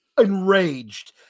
enraged